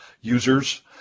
users